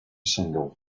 single